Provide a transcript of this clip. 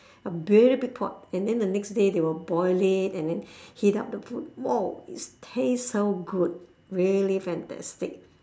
a very big pot and then the next day they will boil it and then heat up the food !whoa! it tastes so good really fantastic